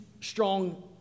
strong